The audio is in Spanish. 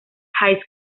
high